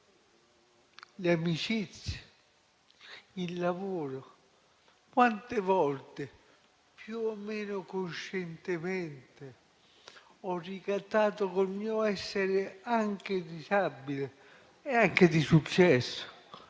amicizie o sul lavoro, quante volte, più o meno coscientemente, ho ricattato col mio essere disabile e anche di successo?